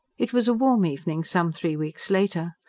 it was a warm evening some three weeks later.